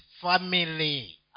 family